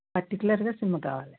పర్టికులర్గా సిమ్ కావాలి